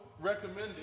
recommending